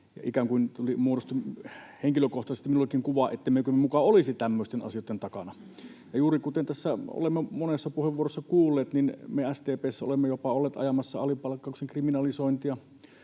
ikään kuin muodostunut henkilökohtaisesti minullekin kuva, ettemme muka olisi tämmöisten asioitten takana. Ja juuri kuten tässä olemme monessa puheenvuorossa kuulleet, niin me SDP:ssä olemme jopa olleet ajamassa alipalkkauksen kriminalisointia,